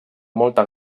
molta